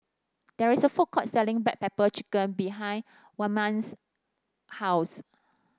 there is a food court selling Black Pepper Chicken behind Wayman's house